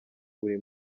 buri